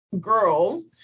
girl